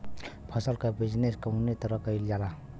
फसल क बिजनेस कउने तरह कईल जाला?